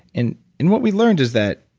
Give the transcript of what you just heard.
and and what we learned is that